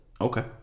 Okay